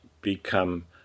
become